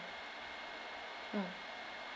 mm